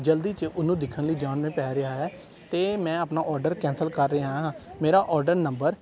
ਜਲਦੀ 'ਚ ਉਹਨੂੰ ਦੇਖਣ ਲਈ ਜਾਣ ਲਈ ਪੈ ਰਿਹਾ ਹੈ ਅਤੇ ਮੈਂ ਆਪਣਾ ਔਡਰ ਕੈਂਸਲ ਕਰ ਰਿਹਾ ਹਾਂ ਮੇਰਾ ਆਰਡਰ ਨੰਬਰ